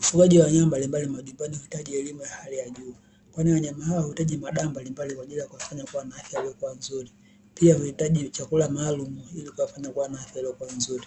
Ufugaji wa nyama mbalimbali majumbani vitaji elimu ya hali ya juu kwani wanyama hawahitaji madawa mbalimbali kwa ajili ya kufanya vizuri pia huhitaji chakula maalum ili ukafanya kuwa na afya iliyokuwa nzuri,